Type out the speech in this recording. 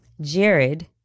Jared